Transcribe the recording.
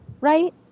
right